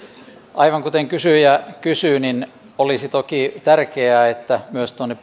aivan kuten kysyjä kysyi olisi toki tärkeää että myös tuonne